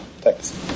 thanks